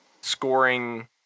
scoring